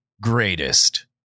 Greatest